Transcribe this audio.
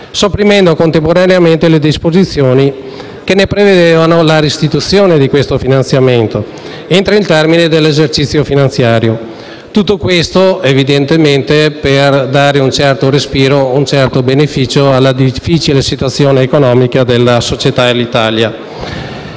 sopprimendo contemporaneamente le disposizioni che ne prevedevano la restituzione entro il termine dell'esercizio finanziario. Tutto questo, evidentemente, per dare un certo respiro e beneficio alla difficile situazione economica della società. Alitalia